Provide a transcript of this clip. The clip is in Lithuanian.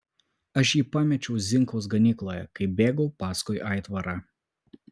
aš jį pamečiau zinkaus ganykloje kai bėgau paskui aitvarą